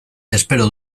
espero